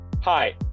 Hi